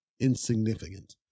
insignificant